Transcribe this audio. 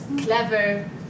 clever